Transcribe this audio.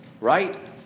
Right